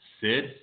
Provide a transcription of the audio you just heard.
Sid